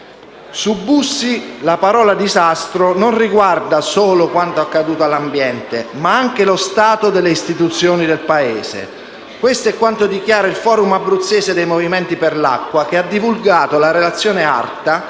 Su Bussi la parola «disastro» riguarda non solo quanto accaduto all'ambiente, ma anche lo stato delle istituzioni del Paese: questo è quanto dichiara il Forum abruzzese dei movimenti per l'acqua, che ha divulgato la relazione